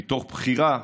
מתוך בחירה,